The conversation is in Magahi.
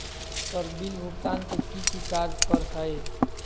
सर बिल भुगतान में की की कार्य पर हहै?